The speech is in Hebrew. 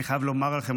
אני חייב לומר לכם,